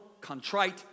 contrite